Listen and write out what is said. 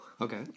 Okay